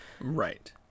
right